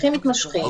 תהליכים מתמשכים.